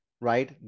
right